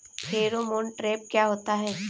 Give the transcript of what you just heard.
Pheromone trap क्या होता है?